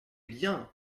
bien